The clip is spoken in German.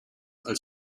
als